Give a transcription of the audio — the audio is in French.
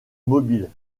mobile